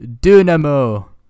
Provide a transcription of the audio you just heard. Dynamo